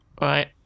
Right